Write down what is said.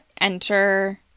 enter